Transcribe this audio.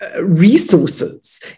resources